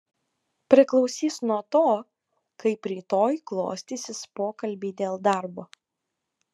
priklausys nuo to kaip rytoj klostysis pokalbiai dėl darbo